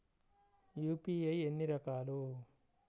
UPI ఎన్ని రకాలు?